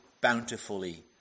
bountifully